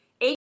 Eight